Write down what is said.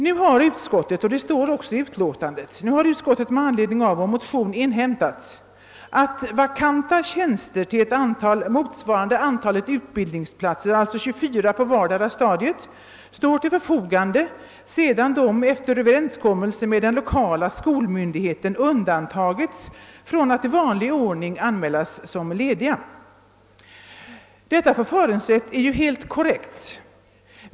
Med anledning av vår motion IT: 1080 skriver utskottet: » Utskottet har inhämtat att vakanta tjänster till ett antal motsvarande antalet utbildningsplatser» — 24 på vartdera stadiet — »står till förfogande, sedan de efter överenskommelse med den lokala skolmyndigheten undantagits från att i vanlig ordning anmälas lediga.» | Detta förfaringssätt är helt korrekt.